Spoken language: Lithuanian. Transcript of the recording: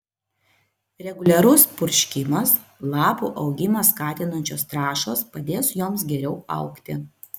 reguliarus purškimas lapų augimą skatinančios trąšos padės joms geriau augti